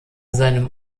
seinem